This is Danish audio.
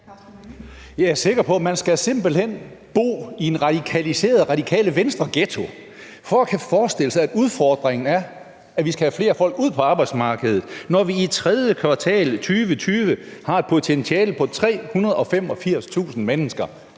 Jeg er sikker på, at man simpelt hen skal bo i en radikaliseret Radikale Venstre-ghetto for at kunne forestille sig, at udfordringen er, at vi skal have flere folk ud på arbejdsmarkedet, når vi i tredje kvartal i 2020 har et potentiale på 385.000 mennesker.